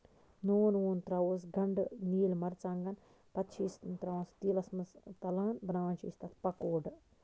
نوٗن ووٗن تراوٕ ہوس گَنڈٕ نیٖل مَرژٕوانگَن پَتہٕ چھِ أسۍ تراوان سُہ تیٖلَس منٛز تَلان بَناوان چھِ أسۍ تَتھ پَکوڈٕ